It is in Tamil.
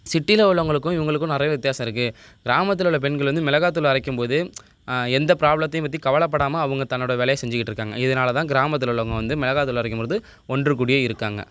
சிட்டியில உள்ளவங்களுக்கும் இவங்களுக்கும் நிறைய வித்தியாசம் இருக்குது கிராமத்தில் உள்ள பெண்கள் வந்து மிளகா தூள் அரைக்கும்போது எந்த ப்ராப்லத்தையும் பற்றி கவலைப்படாமல் அவங்க தன்னோட வேலையை செஞ்சிகிட்டிருக்காங்க இதனால் தான் கிராமத்தில் உள்ளவங்க வந்து மிளகா தூள் அரைக்கும்பொழுது ஒன்று கூடி இருக்காங்க